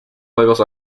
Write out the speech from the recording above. juegos